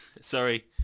sorry